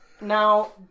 Now